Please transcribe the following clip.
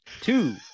Two